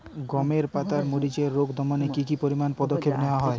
গমের পাতার মরিচের রোগ দমনে কি কি পরিমাপক পদক্ষেপ নেওয়া হয়?